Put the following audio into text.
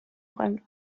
räumt